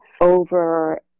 over